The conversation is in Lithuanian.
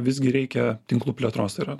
visgi reikia tinklų plėtros tai yra